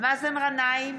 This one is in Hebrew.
מאזן גנאים,